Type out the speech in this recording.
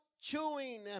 chewing